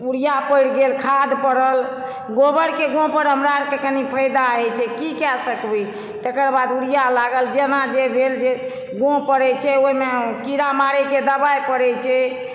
urea परि गेल खाद परल गोबर के गूॅंह पर हमरा आरके कनी फ़ायदा होइ छै की कए सकबै तकर बाद उरिया लागल जेना जे भेल जे गूॅंह परै छै ओहिमे कीड़ा मारै के दबाई परै छै